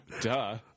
Duh